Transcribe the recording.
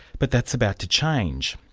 but that's about to change.